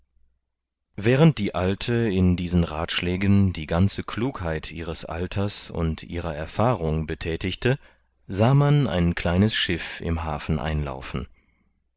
während die alte in diesen rathschlägen die ganze klugheit ihres alters und ihrer erfahrung bethätigte sah man ein kleines schiff im hafen einlaufen